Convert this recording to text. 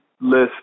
list